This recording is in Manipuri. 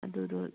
ꯑꯗꯨꯗꯣ